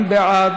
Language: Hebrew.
נגד?